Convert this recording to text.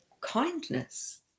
kindness